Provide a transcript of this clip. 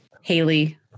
Haley